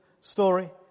story